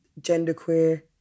genderqueer